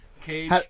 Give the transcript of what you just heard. cage